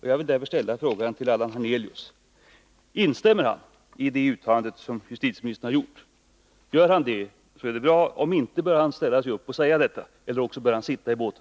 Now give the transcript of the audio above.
Jag vill därför ställa frågan: Instämmer Allan Hernelius i det uttalande som justitieministern har gjort? Gör han det så är det bra. Om inte bör han ställa sig upp och säga detta. Annars bör han sitta i båten.